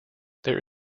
there